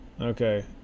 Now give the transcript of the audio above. Okay